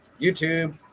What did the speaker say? YouTube